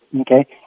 Okay